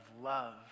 love